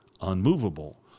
unmovable